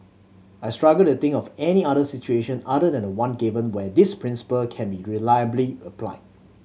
I struggle to think of any other situation other than the one given where this principle can be reliably applied